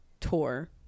tour